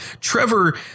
Trevor